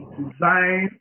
design